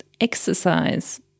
exercise